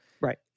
Right